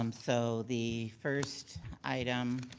um so the first item